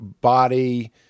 body